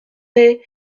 naît